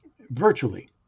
virtually